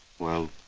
well,